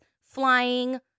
flying